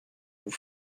vous